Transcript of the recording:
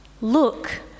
Look